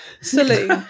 saloon